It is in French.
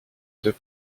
deux